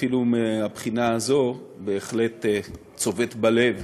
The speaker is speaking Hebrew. אפילו מהבחינה הזאת, בהחלט צובט בלב